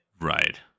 right